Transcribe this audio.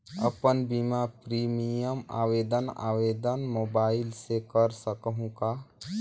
अपन बीमा प्रीमियम आवेदन आवेदन मोबाइल से कर सकहुं का?